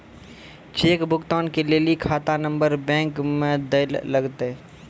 cheque भुगतान के लेली खाता नंबर बैंक मे दैल लागतै